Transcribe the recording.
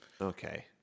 Okay